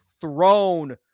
thrown